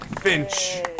Finch